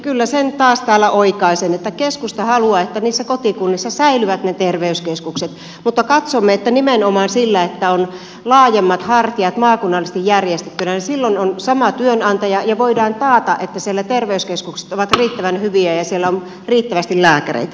kyllä sen taas täällä oikaisen että keskusta haluaa että niissä kotikunnissa säilyvät ne terveyskeskukset mutta katsomme että nimenomaan silloin kun on laajemmat hartiat maakunnallisesti järjestettyinä on sama työnantaja ja voidaan taata että siellä terveyskeskukset ovat riittävän hyviä ja siellä on riittävästi lääkäreitä